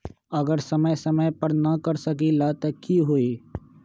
अगर समय समय पर न कर सकील त कि हुई?